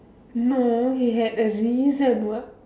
no he had a reason what